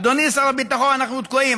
אדוני שר הביטחון, אנחנו תקועים.